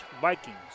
Vikings